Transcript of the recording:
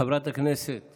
חברת הכנסת